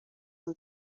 اون